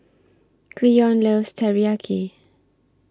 Cleon loves Teriyaki